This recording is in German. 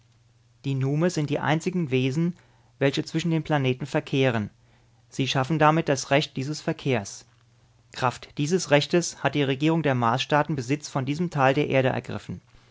die nume sind die einzigen wesen welche zwischen den planeten verkehren sie schaffen damit das recht dieses verkehrs kraft dieses rechtes hat die regierung der marsstaaten besitz von diesem teil der erde ergriffen